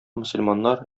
мөселманнар